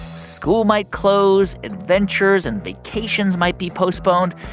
school might close. adventures and vacations might be postponed.